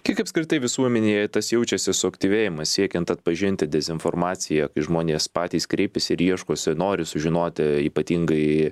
kiek apskritai visuomenėje tas jaučiasi suaktyvėjimas siekiant atpažinti dezinformaciją kai žmonės patys kreipiasi ir ieškosi nori sužinoti ypatingai